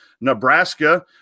Nebraska